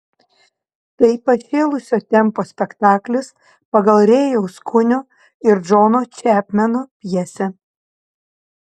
tai pašėlusio tempo spektaklis pagal rėjaus kunio ir džono čepmeno pjesę